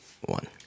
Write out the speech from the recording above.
one